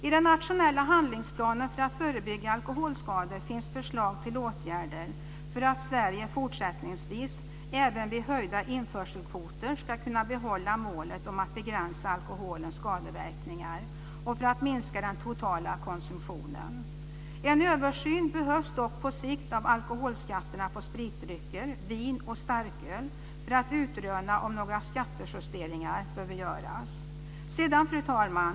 I den nationella handlingsplanen för att förebygga alkoholskador finns förslag till åtgärder för att Sverige fortsättningsvis, även vid höjda införselkvoter, ska kunna behålla målet om att begränsa alkoholens skadeverkningar och minska den totala konsumtionen. En översyn behövs dock på sikt av alkoholskatterna på spritdrycker, vin och starköl för att utröna om några skattejusteringar behöver göras. Fru talman!